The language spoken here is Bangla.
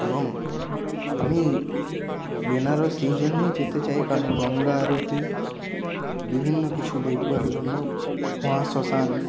এবং আমি বেনারস এই জন্যই যেতে চাই কারণ গঙ্গা আরতি বিভিন্ন কিছু দেখবার জন্য মহা শ্মশান